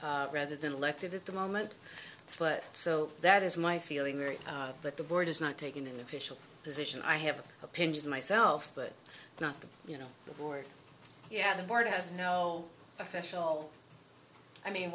rather than elected at the moment but so that is my feeling right but the board has not taken an official position i have an opinion myself but not the you know the board yeah the board has no official i mean